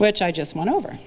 which i just went over